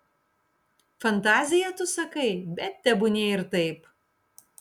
fantazija tu sakai bet tebūnie ir taip